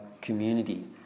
community